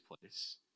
place